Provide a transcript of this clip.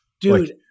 dude